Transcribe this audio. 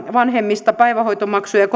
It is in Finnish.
vanhemmista tällainen päivähoitomaksun ja